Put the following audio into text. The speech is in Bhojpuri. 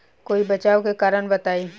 कोई बचाव के कारण बताई?